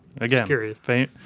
Again